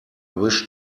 wish